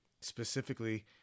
specifically